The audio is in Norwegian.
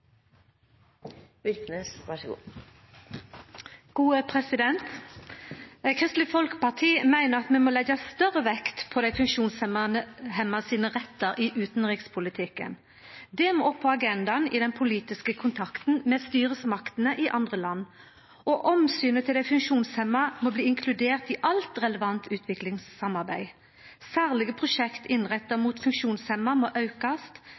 Kristeleg Folkeparti meiner at vi må leggja større vekt på dei funksjonshemma sine rettar i utanrikspolitikken. Det må opp på agendaen i den politiske kontakten med styresmaktene i andre land. Omsynet til dei funksjonshemma må bli inkludert i alt relevant utviklingssamarbeid. Særlege prosjekt innretta mot funksjonshemma må